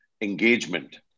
engagement